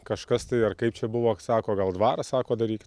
kažkas tai ar kaip čia buvo sako gal dvarą sako darykit